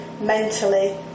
mentally